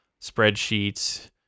spreadsheets